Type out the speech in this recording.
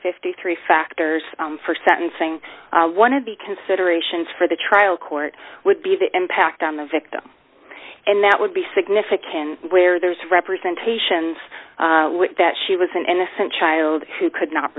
fifty three dollars factors for sentencing one of the considerations for the trial court would be the impact on the victim and that would be significant where there is representation that she was an innocent child who could not